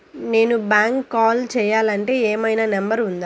నేను బ్యాంక్కి కాల్ చేయాలంటే ఏమయినా నంబర్ ఉందా?